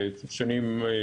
חסם.